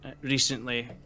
recently